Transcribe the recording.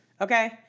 Okay